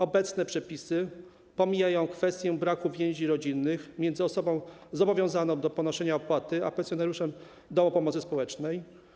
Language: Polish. Obecne przepisy pomijają kwestię braku więzi rodzinnych między osobą zobowiązaną do ponoszenia opłaty a pensjonariuszem domu pomocy społecznej.